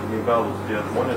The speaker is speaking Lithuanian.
neįgalūs tie žmonės